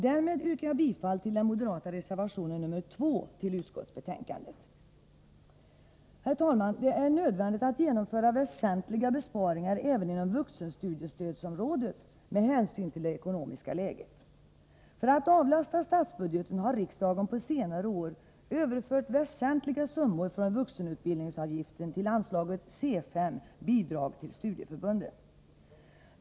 Därmed yrkar jag bifall till den moderata reservationen 2 till utskottsbetänkandet. Herr talman! Det är nödvändigt att genomföra väsentliga besparingar även inom vuxenstudiestödsområdet, med hänsyn till det ekonomiska läget. För att avlasta statsbudgeten har riksdagen på senare år överfört väsentliga summor från vuxenutbildningsavgiften till anslaget CS. Bidrag till studieförbunden m.m.